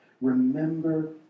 Remember